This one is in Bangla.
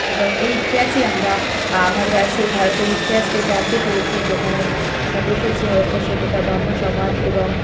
এবং এই ইতিহাসই আমরা আমাদের আর সেই ভারতের ইতিহাসকে জানতে পেরেছি যেখানে আমরা দেখেছি হরপ্পা সভ্যতা ব্রাক্ষ্ম সমাজ এবং